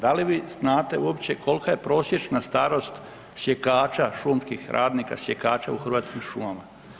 Da li vi znate uopće kolika je prosječna starost sjekača šumskih radnika sjekača u Hrvatskim šumama.